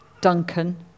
Duncan